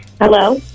Hello